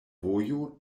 vojo